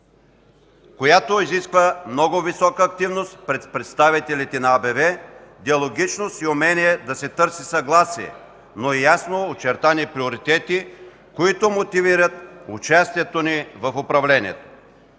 която изисква много висока активност пред представителите на АБВ, диалогичност и умение да се търси съгласие, но с ясно очертани приоритети, които мотивират участието ни в управлението.